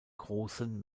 großen